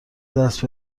دست